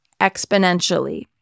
exponentially